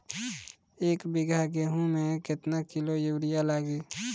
एक बीगहा गेहूं में केतना किलो युरिया लागी?